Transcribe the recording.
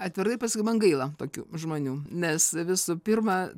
atvirai pasakyt man gaila tokių žmonių nes visų pirma